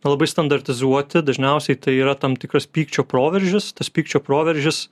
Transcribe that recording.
labai standartizuoti dažniausiai tai yra tam tikras pykčio proveržis tas pykčio proveržis